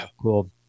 Cool